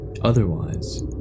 Otherwise